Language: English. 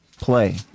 play